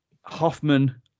Hoffman